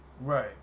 Right